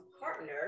partner